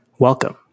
Welcome